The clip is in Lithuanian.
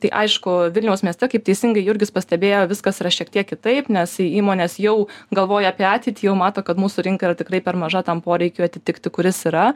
tai aišku vilniaus mieste kaip teisingai jurgis pastebėjo viskas yra šiek tiek kitaip nes įmonės jau galvoja apie ateitį jau mato kad mūsų rinka yra tikrai per maža tam poreikiui atitikti kuris yra